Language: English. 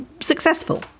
successful